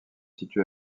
situé